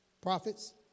prophets